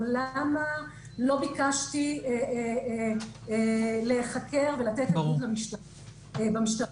או למה לא ביקשתי להיחקר ולתת עדות במשטרה?